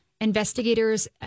investigators